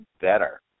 better